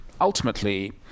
ultimately